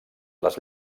les